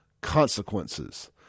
consequences